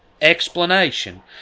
explanation